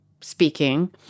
speaking